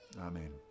Amen